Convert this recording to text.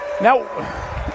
Now